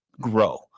grow